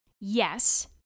yes